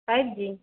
five G